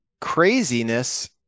craziness